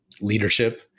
leadership